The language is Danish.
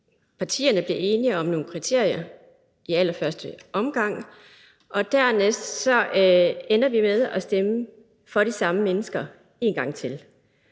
partierne bliver enige om nogle kriterier i allerførste omgang, og dernæst ender vi med at stemme for de samme mennesker en gang til,